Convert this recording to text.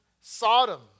Sodom